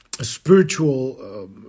spiritual